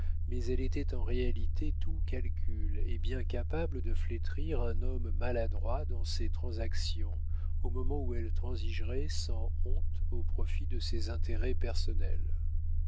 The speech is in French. mais elle était en réalité tout calcul et bien capable de flétrir un homme maladroit dans ses transactions au moment où elle transigerait sans honte au profit de ses intérêts personnels